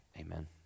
Amen